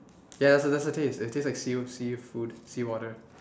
ya that's the that's the taste it tastes like sea seafood seawater